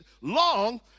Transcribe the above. long